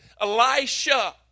Elisha